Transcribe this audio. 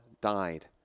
died